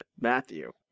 Matthew